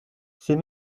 ces